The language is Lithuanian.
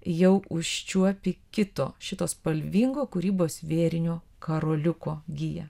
jau užčiuopi kito šito spalvingo kūrybos vėrinio karoliuko giją